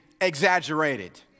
exaggerated